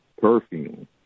perfume